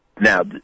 Now